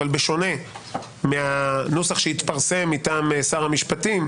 אבל בשונה מהנוסח שהתפרסם מטעם שר המשפטים,